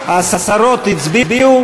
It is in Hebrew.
השרות הצביעו?